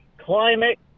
climate